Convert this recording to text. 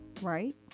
right